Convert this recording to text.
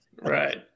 Right